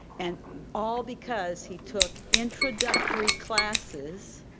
and all because he took introductory classes,